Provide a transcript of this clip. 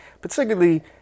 particularly